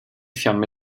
fiamme